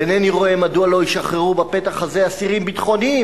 ואינני רואה מדוע לא ישחררו בפתח הזה אסירים ביטחוניים,